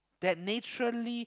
that naturally